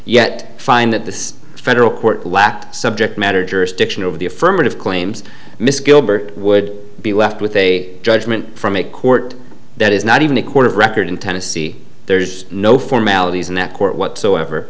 yet find that the federal court lacked subject matter jurisdiction over the affirmative claims miss gilbert would be left with a judgment from a court that is not even a court of record in tennessee there's no formalities in that court whatsoever